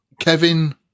Kevin